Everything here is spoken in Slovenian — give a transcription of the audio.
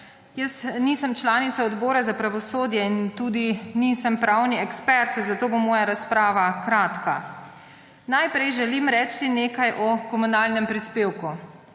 Nisem članica Odbora za pravosodje in tudi nisem pravni ekspert, zato bo moja razprava kratka. Najprej želim reči nekaj o komunalnem prispevku.